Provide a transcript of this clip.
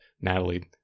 Natalie